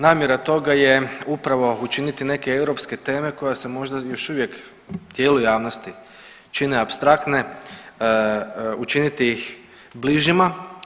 Namjera toga je upravo učiniti neke europske teme koja se možda još uvijek tijelu javnosti čine apstraktne učiniti ih bližima.